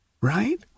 right